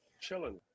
Chilling